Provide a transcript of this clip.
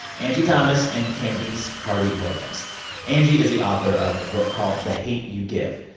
angie thomas and candice carty-williams angie is the author of a book called the hate u give.